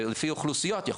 ולפי אוכלוסיות.